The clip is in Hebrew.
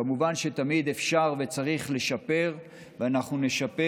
כמובן שתמיד אפשר וצריך לשפר, ואנחנו נשפר